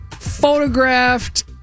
Photographed